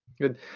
Good